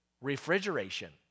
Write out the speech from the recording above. refrigeration